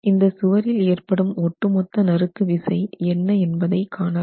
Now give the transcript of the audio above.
இந்த சுவரில் ஏற்படும் ஒட்டுமொத்த நறுக்கு விசை என்ன என்பதை காணலாம்